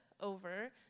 over